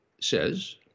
says